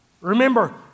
Remember